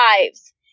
lives